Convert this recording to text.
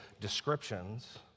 descriptions